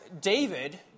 David